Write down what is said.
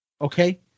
Okay